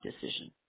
decision